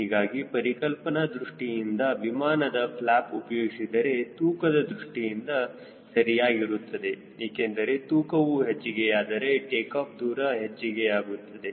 ಹೀಗಾಗಿ ಪರಿಕಲ್ಪನಾ ದೃಷ್ಟಿಯಿಂದ ವಿಮಾನದ ಫ್ಲ್ಯಾಪ್ ಉಪಯೋಗಿಸಿದರೆ ತೂಕದ ದೃಷ್ಟಿಯಿಂದ ಸರಿಯಾಗಿರುತ್ತದೆ ಏಕೆಂದರೆ ತೂಕವು ಹೆಚ್ಚಿಗೆಯಾದರೆ ಟೇಕಾಫ್ ದೂರ ಹೆಚ್ಚಿಗೆ ಆಗುತ್ತದೆ